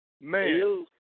Man